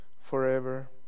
forever